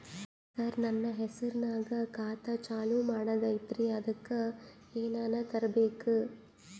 ಸರ, ನನ್ನ ಹೆಸರ್ನಾಗ ಖಾತಾ ಚಾಲು ಮಾಡದೈತ್ರೀ ಅದಕ ಏನನ ತರಬೇಕ?